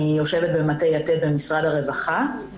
אני יושבת במטה "יתד" במשרד הרווחה.